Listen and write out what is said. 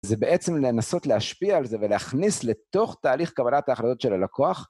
זה בעצם לנסות להשפיע על זה ולהכניס לתוך תהליך קבלת ההחלטות של הלקוח.